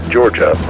Georgia